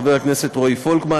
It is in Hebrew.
הצעת חבר הכנסת רועי פולקמן.